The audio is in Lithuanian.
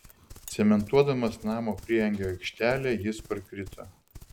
cementuodamas namo prieangio aikštelę jis parkrito